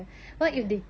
ya